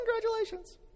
congratulations